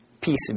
Peace